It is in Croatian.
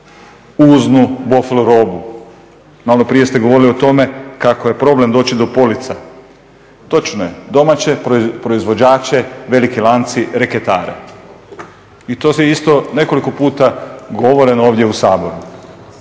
uznu bofl malo prije ste govorili o tome kako je problem doći do polica. Točno je domače proizvođače veliki lanci reketare. I to je isto nekoliko puta govoreno ovdje u Saboru.